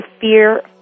fear